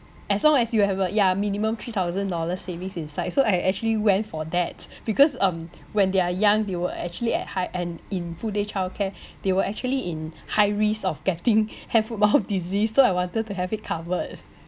as long as you have a yeah minimum three thousand dollar savings inside so I actually went for that because um when they are young they were actually at high end in full day childcare they were actually in high risk of getting hand foot mouth disease so I wanted to have it covered